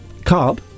Carb